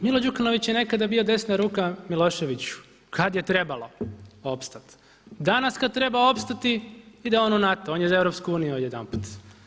Milo Đukanović je nekada bio desna ruka Miloševiću kada je trebalo opstati, danas kada treba opstati ide on u NATO, on je za Europsku uniju odjedanput.